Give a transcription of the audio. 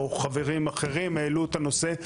או חברים אחרים העלו את הנושא.